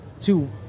two